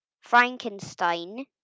frankenstein